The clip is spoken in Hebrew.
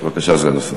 בבקשה, סגן השר.